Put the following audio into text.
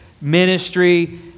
ministry